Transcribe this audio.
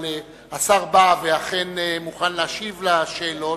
אבל השר בא ואכן מוכן להשיב על שאלות,